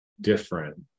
different